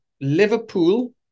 Liverpool